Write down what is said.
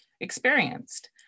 experienced